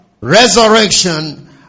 resurrection